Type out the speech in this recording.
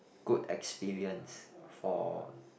good experience for